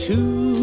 Two